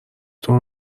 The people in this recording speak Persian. تون